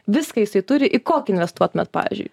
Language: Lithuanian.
viską jisai turi į kokį investuotumėt pavyzdžiui